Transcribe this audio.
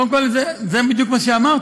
קודם כול, זה בדיוק מה שאמרתי: